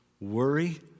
worry